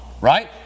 Right